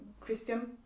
Christian